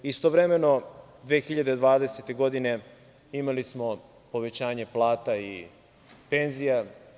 Istovremeno, 2020. godine imali smo povećanje plata i penzija.